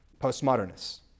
postmodernists